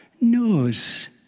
knows